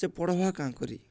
ସେ ପଢ଼ବା କାଁ କରି